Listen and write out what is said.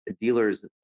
dealers